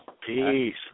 Peace